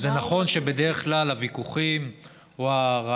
אז זה נכון שבדרך כלל הוויכוח או הרעיונות,